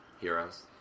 heroes